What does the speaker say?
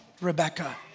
rebecca